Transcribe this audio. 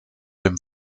dem